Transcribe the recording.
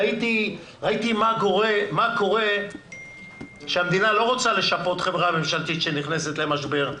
ראיתי מה קורה כשהמדינה לא רוצה לשפות חברה ממשלתית שנכנסת למשבר,